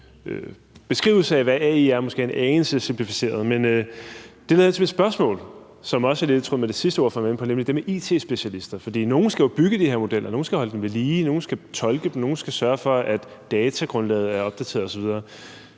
beskrivelse af, hvad AI er, måske er en anelse simplificeret. Det leder til mit spørgsmål, som er lidt i tråd med det sidste, ordføreren kom ind på, nemlig det med it-specialister. For nogen skal jo bygge de her modeller, og nogen skal holde dem ved lige, nogen skal tolke dem, og nogen skal sørge for, at datagrundlaget er opdateret osv.